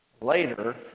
later